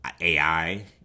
AI